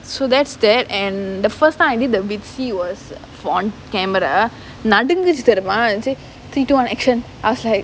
so that's that and the first time I did the videos was for camera நடுங்குஞ்சு தெரியிமா:nadunguchu theriyimaa three two one action I was like